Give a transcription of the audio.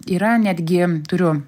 yra netgi turiu